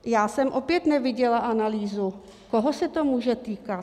Já jsem opět neviděla analýzu, koho se to může týkat.